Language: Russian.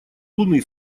луны